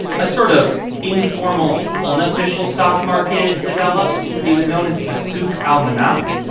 a sort of informal, unofficial stock market developed. it was known as the souk al-manakh,